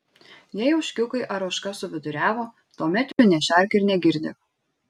jei ožkiukai ar ožka suviduriavo tuomet jų nešerk ir negirdyk